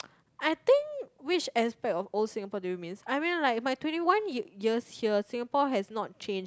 I think which aspect of old Singapore do you miss I mean like my twenty one year years here Singapore has not changed